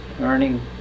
earning